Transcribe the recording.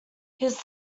his